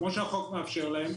כמו שהחוק מאפשר להם,